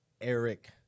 Eric